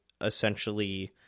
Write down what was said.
essentially